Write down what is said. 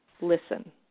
listen